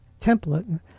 template